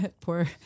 poor